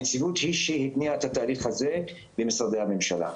הנציבות היא שהתניעה את התהליך הזה במשרדי הממשלה,